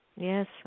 Yes